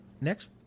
Next